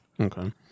okay